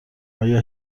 آیا